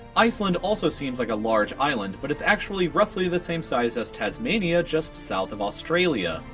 iceland also seems like a large island, but it's actually roughly the same size as tasmania just south of australia.